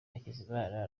hakizimana